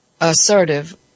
assertive